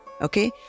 okay